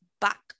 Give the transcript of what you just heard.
back